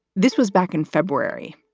this was back in february,